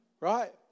Right